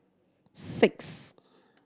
six